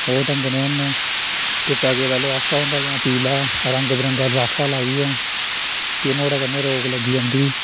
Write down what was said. ओह् टंगने होन्ने चिट्टा गेदा लफाफा होंदा जां पीला रंग बरंगा लफाफा लाइयै फ्ही नुहाड़े कन्नै रोक लग्गी जंदी